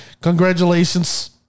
Congratulations